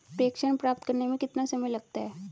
प्रेषण प्राप्त करने में कितना समय लगता है?